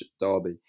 Derby